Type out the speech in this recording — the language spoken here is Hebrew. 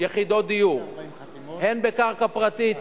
יחידות דיור, הן בקרקע פרטית,